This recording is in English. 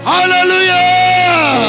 Hallelujah